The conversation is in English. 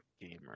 gamer